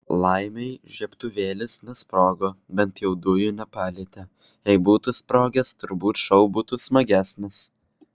laimei žiebtuvėlis nesprogo bent jau dujų nepalietė jei būtų sprogęs turbūt šou būtų smagesnis